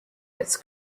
its